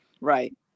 right